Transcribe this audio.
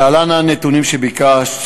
2. להלן הנתונים שביקשת